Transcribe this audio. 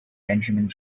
benjamin